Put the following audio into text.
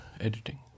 editing